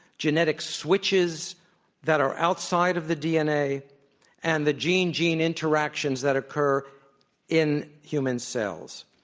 genetic switches that are outside of the dna and the gene-gene interactions that occur in human cells.